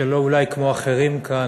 שלא אולי כמו אחרים כאן,